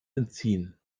entziehen